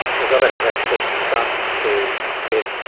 they've got to have access to funds to get,